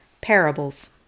Parables